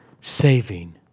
saving